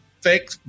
fake